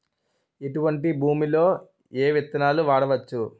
ఎటువంటి భూమిలో ఏ విత్తనాలు వాడవచ్చు?